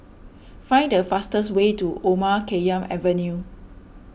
find the fastest way to Omar Khayyam Avenue